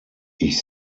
ich